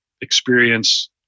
experience